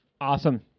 Awesome